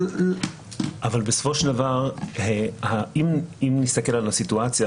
אבל בסופו של דבר אם נסתכל על הסיטואציה,